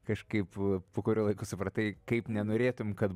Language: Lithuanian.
kažkaip po kurio laiko supratai kaip nenorėtum kad